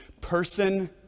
person